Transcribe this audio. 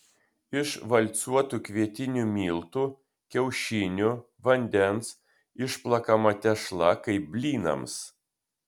iš valcuotų kvietinių miltų kiaušinių vandens išplakama tešla kaip blynams